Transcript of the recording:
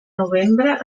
novembre